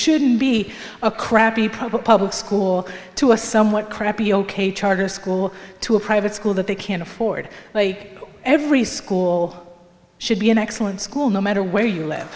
shouldn't be a crappy public public school to a somewhat crappy ok charter school to a private school that they can't afford like every school should be an excellent school no matter where you live